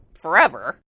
forever